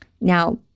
now